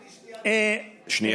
אני שנייה, שנייה?